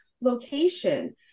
location